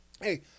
Hey